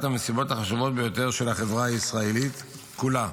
אחת המשימות החשובות ביותר של החברה הישראלית כולה,